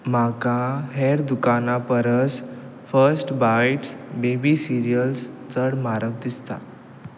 म्हाका हेर दुकानां परस फर्स्ट बायट्स बेबी सिरियल्स चड म्हारग दिसता